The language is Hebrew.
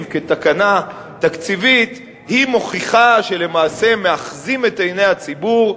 כתקנה תקציבית מוכיחה שלמעשה מאחזים את עיני הציבור,